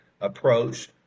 approach